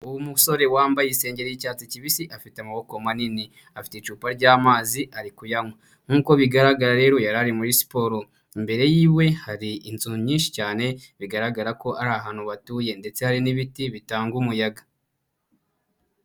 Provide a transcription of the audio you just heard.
Uwo musore wambaye igisenge y'icyatsi kibisi, afite amaboko manini, afite icupa ry'amazi ari kuyanywa, nk'uko bigaragara rero yari ari muri siporo, imbere yiwe hari inzu nyinshi cyane, bigaragara ko ari ahantu batuye ndetse hari n'ibiti bitanga umuyaga.